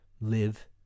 live